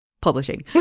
publishing